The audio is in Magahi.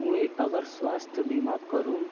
मुई अगर स्वास्थ्य बीमा करूम